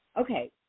okay